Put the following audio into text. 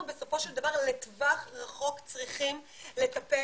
אנחנו בסופו של דבר לטווח רחוק צריכים לטפל